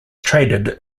traded